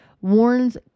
warns